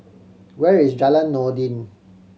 where is Jalan Noordin